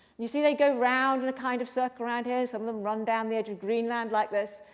you see they go around in a kind of circle around here. some of them run down the edge of greenland like this.